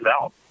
out